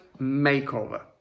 makeover